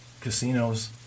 casinos